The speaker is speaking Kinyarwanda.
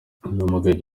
yanamaganye